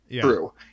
true